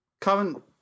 current